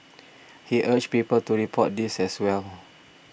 he urged people to report these as well